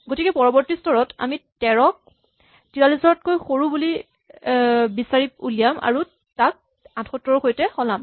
গতিকে পৰৱৰ্তী স্তৰত আমি ১৩ ক ৪৩ তকৈ সৰু বুলি বিচাৰি উলিয়াম আৰু তাক ৭৮ ৰ সৈতে সলাম